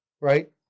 right